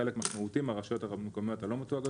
חלק משמעותי מהרשויות המקומיות הלא-מתואגדות